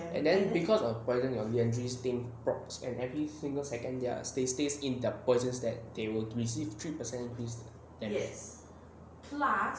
and then because of broadening your B_M three team props and every single second their stays stays in their poison stat they will receive three percent increase